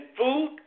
food